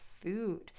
food